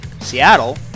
Seattle